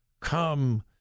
come